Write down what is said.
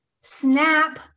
Snap